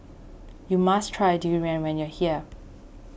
you must try Durian when you are here